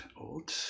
Old